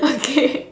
okay